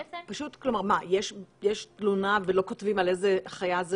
כלומר מה, יש תלונה ולא כותבים על איזה חיה?